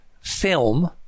film